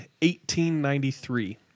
1893